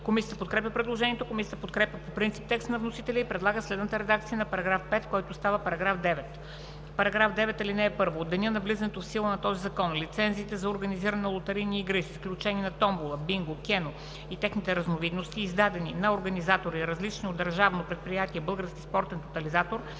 Комисията подкрепя предложението. Комисията подкрепя по принцип текста на вносителя и предлага следната редакция за § 5, който става § 9: „§ 9. (1) От деня на влизането в сила на този закон лицензите за организиране на лотарийни игри, с изключение на томбола, бинго, кено и техните разновидности, издадени на организатори, различни от Държавно предприятие „Български спортен тотализатор“,